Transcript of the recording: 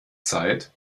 zeit